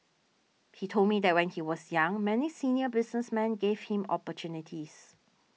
he told me that when he was young many senior businessmen gave him opportunities